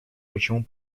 почему